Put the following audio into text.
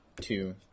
two